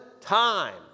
time